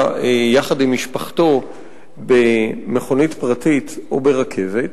יחד עם משפחתו במכונית פרטית או ברכבת,